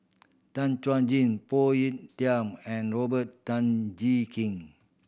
Tan Chuan Jin Phoon Yew Tien and Robert Tan Jee Keng